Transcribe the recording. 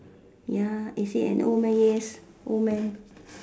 ya is he an old man yes old man